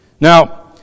Now